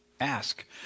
Ask